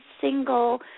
single